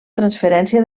transferència